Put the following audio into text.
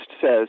says